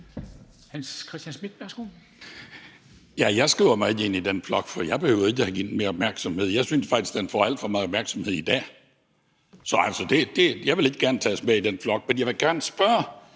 Jeg skriver mig ikke ind i den flok, for jeg behøvede ikke at give den mere opmærksomhed. Jeg synes faktisk, at den får alt for meget opmærksomhed i dag, så jeg vil ikke gerne tages med i den flok. Men jeg vil gerne spørge